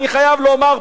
אני חייב לומר,